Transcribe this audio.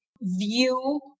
view